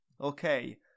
Okay